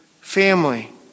family